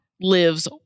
lives